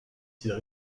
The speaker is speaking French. sites